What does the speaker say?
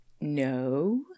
No